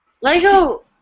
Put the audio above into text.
Lego